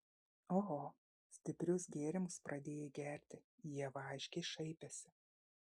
oho stiprius gėrimus pradėjai gerti ieva aiškiai šaipėsi